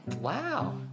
Wow